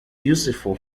useful